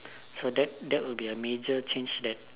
so that that will be a major change that